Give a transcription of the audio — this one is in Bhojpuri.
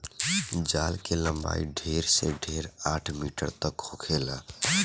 जाल के लम्बाई ढेर से ढेर आठ मीटर तक होखेला